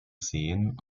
seen